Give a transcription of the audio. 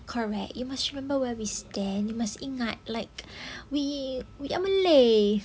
correct you must remember where we stand you must ingat like we we are malay